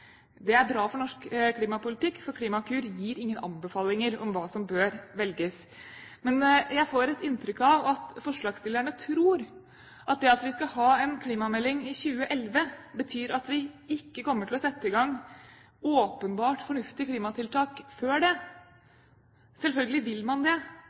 Det er bra for norsk klimapolitikk, for Klimakur gir ingen anbefalinger om hva som bør velges. Men jeg får et inntrykk av at forslagsstillerne tror at det at vi skal ha en klimamelding i 2011, betyr at vi ikke kommer til å sette i gang åpenbart fornuftige klimatiltak før det. Selvfølgelig vil man det.